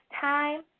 time